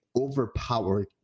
overpowered